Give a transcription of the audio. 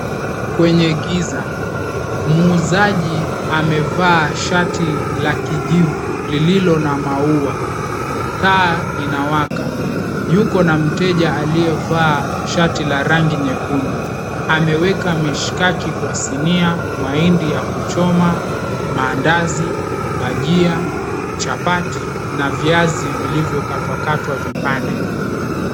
Kwenye giza, muuzaji amevaa shati la kijivu lililo na maua. Taa inawaka. Yuko na mteja aliyevaa shati la rangi nyekundu. Ameweka mishikaki kwa sinia, mahindi ya kuchoma, mandazi, bajia, chapati na viazi vilivyokatwakatwa vipande.